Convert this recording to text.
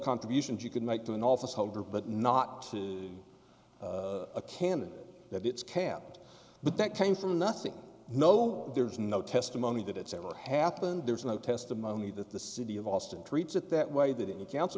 contributions you could make to an office holder but not to a candidate that it's capped but that came from nothing no there's no testimony that it's ever happened there's no testimony that the city of austin treats it that way that in council